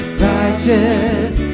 righteous